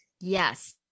Yes